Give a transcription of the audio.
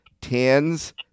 Tan's